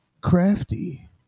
crafty